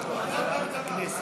הכנסת.